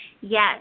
yes